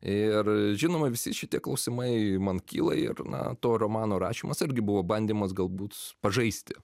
ir žinoma visi šitie klausimai man kyla ir na to romano rašymas irgi buvo bandymas galbūt pažaisti